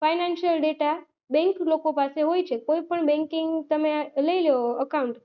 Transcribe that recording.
financial data bank લોકો પાસે હોય છે કોઈપણ બૅન્કિંગ તમે આ લઈ લો એકાઉન્ટ